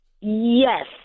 Yes